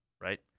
Right